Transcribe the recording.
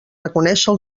reconèixer